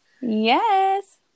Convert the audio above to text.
Yes